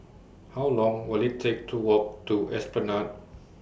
How Long Will IT Take to Walk to Esplanade